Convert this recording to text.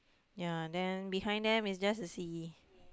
yea then behind the is just the sea